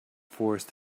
force